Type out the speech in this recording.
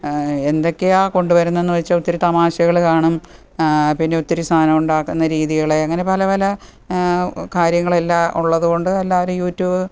എന്തൊക്കെയാണ് കൊണ്ടുവരുന്നതെന്നുവച്ചാല് ഒത്തിരി തമാശകള് കാണും പിന്നെ ഒത്തിരി സാധനം ഉണ്ടാക്കുന്ന രീതികള് അങ്ങനെ പല പല കാര്യങ്ങളെല്ലാം ഉള്ളതുകൊണ്ട് എല്ലാവരും യൂ ട്യൂബ്